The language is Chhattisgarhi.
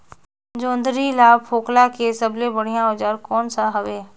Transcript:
जोंदरी ला फोकला के सबले बढ़िया औजार कोन सा हवे?